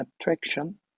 attraction